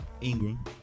Ingram